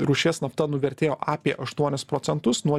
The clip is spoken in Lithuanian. rūšies nafta nuvertėjo apie aštuonis procentų nuo